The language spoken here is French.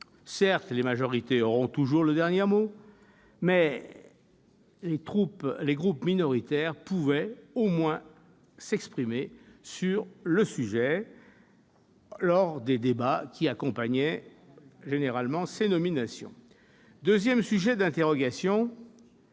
Certes, les majorités auront toujours le dernier mot, mais les groupes minoritaires pouvaient au moins s'exprimer lors des débats qui accompagnaient généralement ces nominations. Je m'interroge